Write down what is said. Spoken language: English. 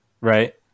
right